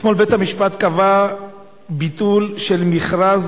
אתמול בית-המשפט קבע ביטול של מכרז